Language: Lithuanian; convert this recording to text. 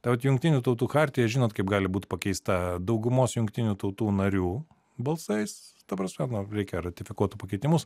ta vat jungtinių tautų chartija žinot kaip gali būt pakeista daugumos jungtinių tautų narių balsais ta prasme reikia ratifikuotų pakeitimus